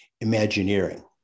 imagineering